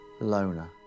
loner